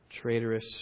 traitorous